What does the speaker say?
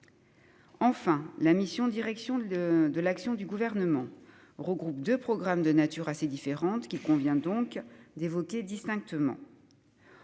Enfin, la mission « Direction de l'action du Gouvernement » regroupe deux programmes de natures assez différentes, qu'il convient donc d'évoquer distinctement.